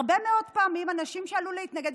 הרבה מאוד פעמים אנשים שעלו להתנגד,